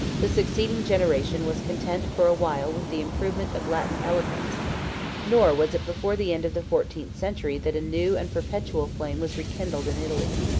the succeeding generation was content for a while with the improvement of latin eloquence nor was it before the end of the fourteenth century that a new and perpetual flame was rekindled in italy.